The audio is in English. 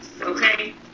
Okay